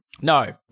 No